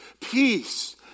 Peace